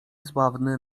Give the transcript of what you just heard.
sławny